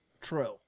True